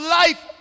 life